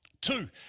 Two